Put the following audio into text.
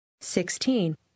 Sixteen